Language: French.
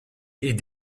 est